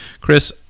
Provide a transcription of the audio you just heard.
chris